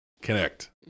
Connect